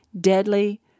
deadly